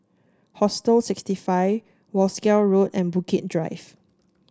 Hostel sixty five Wolskel Road and Bukit Drive